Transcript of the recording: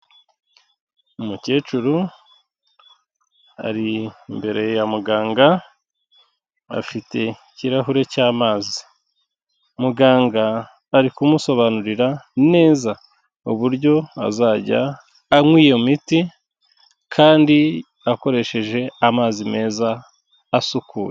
Umukecuru ari imbere ya muganga, afite ikirahure cy'amazi. Muganga ari kumusobanurira neza uburyo azajya anywa iyo miti kandi akoresheje amazi meza asukuye.